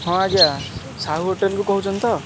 ହଁ ଆଜ୍ଞା ସାହୁ ହୋଟେଲରୁ କହୁଛନ୍ତି ତ